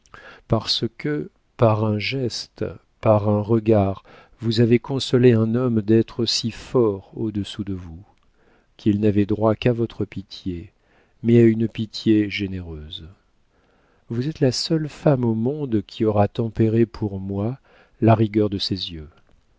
parce que par un geste par un regard vous avez consolé un homme d'être si fort au-dessous de vous qu'il n'avait droit qu'à votre pitié mais à une pitié généreuse vous êtes la seule femme au monde qui aura tempéré pour moi la rigueur de ses yeux